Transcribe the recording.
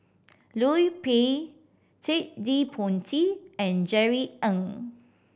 Liu Peihe Ted De Ponti and Jerry Ng